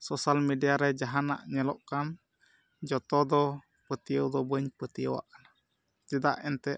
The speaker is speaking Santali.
ᱥᱳᱥᱟᱞ ᱢᱤᱰᱤᱭᱟ ᱨᱮ ᱡᱟᱦᱟᱱᱟᱜ ᱧᱮᱞᱚᱜ ᱠᱟᱱ ᱡᱚᱛᱚ ᱫᱚ ᱯᱟᱹᱛᱭᱟᱹᱣ ᱫᱚ ᱵᱟᱹᱧ ᱯᱟᱹᱛᱭᱟᱹᱣᱟᱜ ᱠᱟᱱᱟ ᱪᱮᱫᱟᱜ ᱮᱱᱛᱮᱫ